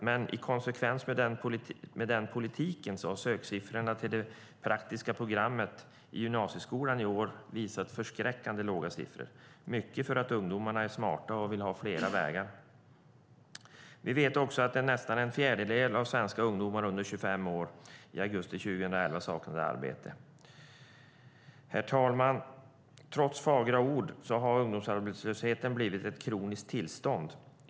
Men i konsekvens med den politiken har söksiffrorna till de praktiska programmen i år varit förskräckande låga - mycket för att ungdomar är smarta och vill ha flera vägar. Vi vet också att nästan en fjärdedel av svenska ungdomar under 25 år saknade arbete i augusti 2011. Fru talman! Trots fagra ord har ungdomsarbetslösheten blivit ett kroniskt tillstånd.